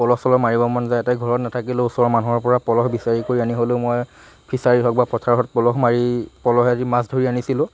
পল' চল' মাৰিব মন যায় তে ঘৰত নাথাকিলেও ওচৰৰ মানুহৰ পৰা পল'হ বিচাৰি কৰি আনি হ'লেও মই ফিচাৰি হওক বা পথাৰত পল'হ মাৰি পল'হেদি মাছ ধৰি আনিছিলোঁ